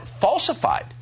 falsified